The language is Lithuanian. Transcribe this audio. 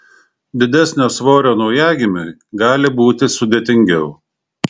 didesnio svorio naujagimiui gali būti sudėtingiau